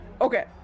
Okay